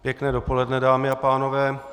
Pěkné dopoledne, dámy a pánové.